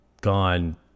gone